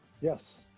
Yes